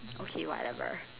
okay whatever